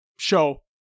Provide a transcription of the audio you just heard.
Show